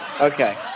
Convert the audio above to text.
Okay